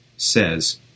says